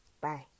Bye